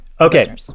okay